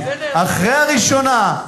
אחרי הראשונה,